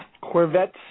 Corvette